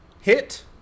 hit